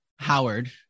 howard